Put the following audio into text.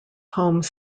home